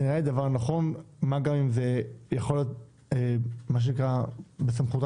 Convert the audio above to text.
נראה דבר נכון מה גם אם זה יכול מה שנקרא בסמכותם